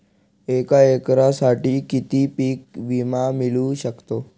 एका एकरसाठी किती पीक विमा मिळू शकतो?